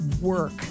work